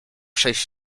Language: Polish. przejść